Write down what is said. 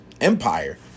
empire